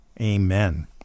Amen